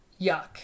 Yuck